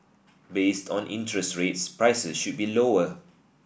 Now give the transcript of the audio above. based on interest rates prices should be lower